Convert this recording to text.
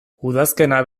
udazkena